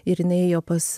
ir jinai ėjo pas